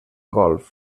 golf